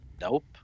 nope